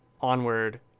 Onward